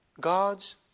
God's